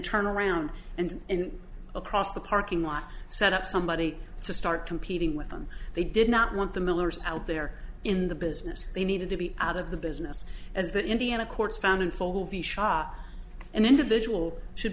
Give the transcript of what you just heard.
turn around and in across the parking lot set up somebody to start competing with them they did not want the millers out there in the business they needed to be out of the business as the indiana courts found in full the shop and individual should